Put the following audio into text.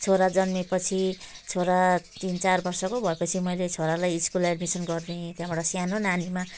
छोरा जन्मेपछि छोरा तिन चार वर्षको भएपछि मैले छोरालाई स्कुल एड्मिसन गरिदिएँ त्यहाँबाट सानो नानीमा